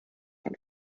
von